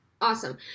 Awesome